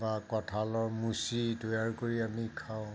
বা কঁঠালৰ মুচি তৈয়াৰ কৰি আমি খাওঁ